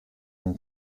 den